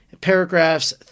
Paragraphs